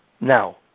Now